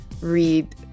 read